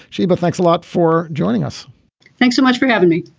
sheba thanks a lot for joining us thanks so much for having me